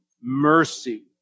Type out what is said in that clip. mercy